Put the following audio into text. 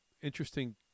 interesting